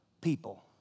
people